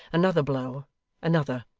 another blow another!